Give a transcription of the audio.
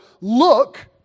look